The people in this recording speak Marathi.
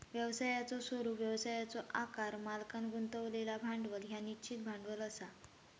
व्यवसायाचो स्वरूप, व्यवसायाचो आकार, मालकांन गुंतवलेला भांडवल ह्या निश्चित भांडवल असा